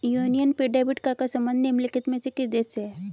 Union पे debit card का संबंध निम्नलिखित में से किस देश से है?